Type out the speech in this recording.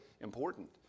important